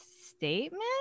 statement